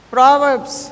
Proverbs